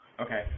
Okay